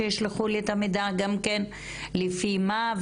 שישלחו לי את המידע גם כן לפי מה,